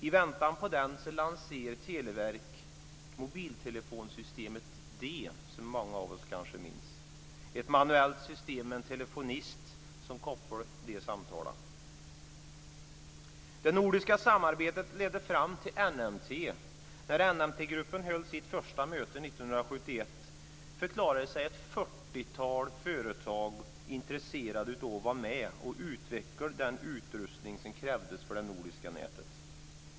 I väntan på den lanserade Televerket mobiltelefonsystemet D - som många av oss kanske minns. Det var ett manuellt system med en telefonist som kopplade samtalen. NMT-gruppen höll sitt första möte 1971 förklarade sig ett 40-tal företag intresserade av att utveckla den utrustning som krävdes för det nordiska nätet.